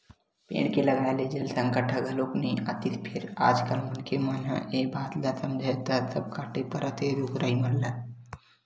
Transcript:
पेड़ के लगाए ले जल संकट ह घलो नइ आतिस फेर आज कल मनखे मन ह ए बात ल समझय त सब कांटे परत हे रुख राई मन ल